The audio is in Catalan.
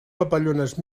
papallones